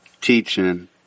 teaching